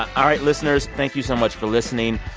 all right, listeners, thank you so much for listening.